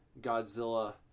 Godzilla